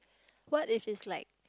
what if is like